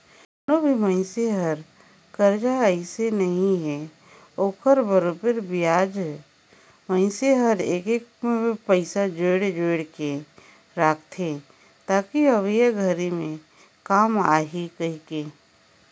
कोनो भी मइनसे हर करजा अइसने नइ हे ओखर बरोबर बियाज मइनसे हर एक एक पइसा जोयड़ जोयड़ के रखथे ताकि अवइया घरी मे काम आही कहीके